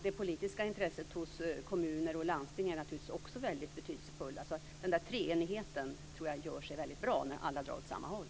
Det politiska intresset hos kommuner och landsting är naturligtvis också väldigt betydelsefullt. Jag tror att den treenigheten görs sig väldigt bra när alla drar åt samma håll.